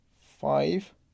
five